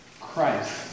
Christ